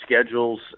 schedules